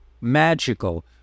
magical